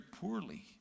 poorly